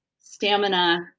stamina